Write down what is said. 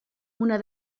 una